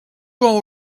all